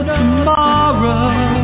tomorrow